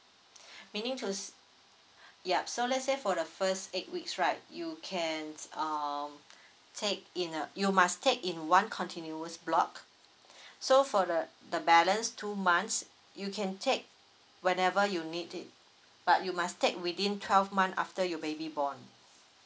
meaning to se~ yup so lets say for the first eight weeks right you can um take in uh you must take in one continuous block so for the the balance two months you can take whenever you need it but you must take within twelve month after your baby born